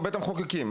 בית המחוקקים,